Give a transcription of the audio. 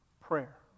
prayer